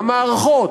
המערכות,